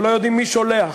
ולא יודעים מי השולח.